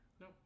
No